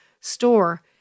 store